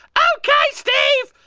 ok steve.